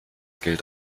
gilt